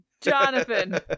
Jonathan